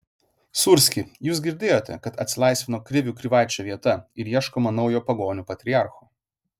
sūrski jūs girdėjote kad atsilaisvino krivių krivaičio vieta ir ieškoma naujo pagonių patriarcho